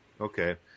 Okay